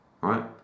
right